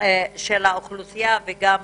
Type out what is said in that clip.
של האוכלוסייה וגם